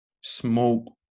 smoke